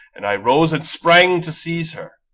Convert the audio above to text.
and i rose and sprang to seize her.